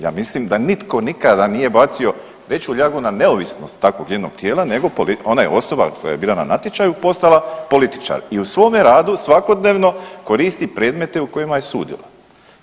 Ja mislim da nitko nikada nije bacio veću ljagu na neovisnost takvog jednog tijela nego ona osoba koja je bila na natječaju posala političar i u svome radu svakodnevno koristi predmete u kojima je sudila.